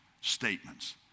statements